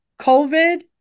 COVID